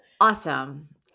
awesome